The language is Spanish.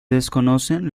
desconocen